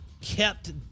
kept